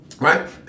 Right